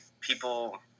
people